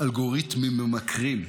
אלגוריתמים ממכרים.